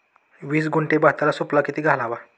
वीस गुंठे भाताला सुफला किती घालावा?